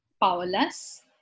powerless